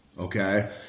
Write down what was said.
Okay